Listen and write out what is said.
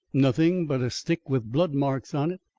nothing but a stick with blood-marks on it.